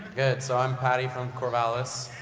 good, so i'm patty from covalis.